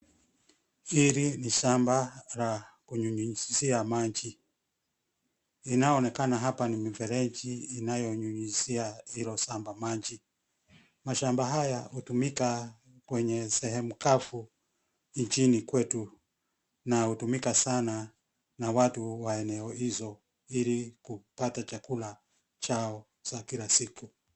Hili ni shamba la kunyunyizia maji. Inayoonekana hapa ni mfereji inayonyunyizia hilo shamba maji. Mashamba haya hutumika kwenye sehemu kavu nchini kwetu, na hutumika sana na watu wa eneo hizo ili kupata chakula chao za kila siku.